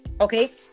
Okay